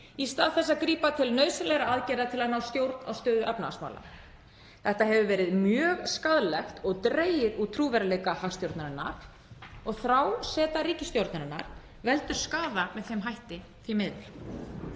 í stað þess að grípa til nauðsynlegra aðgerða til að ná stjórn á stöðu efnahagsmála. Þetta hefur verið mjög skaðlegt og hefur dregið úr trúverðugleika hagstjórnarinnar. Þráseta ríkisstjórnarinnar veldur skaða með þeim hætti, því miður.